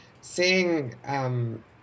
seeing